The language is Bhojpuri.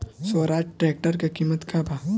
स्वराज ट्रेक्टर के किमत का बा?